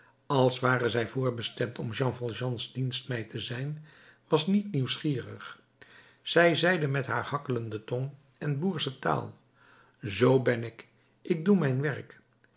als ware zij voorbestemd om jean valjeans dienstmeid te zijn was niet nieuwsgierig zij zeide met haar hakkelende tong en boersche taal zoo ben ik ik doe mijn werk